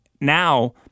now